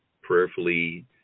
prayerfully